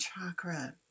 Chakra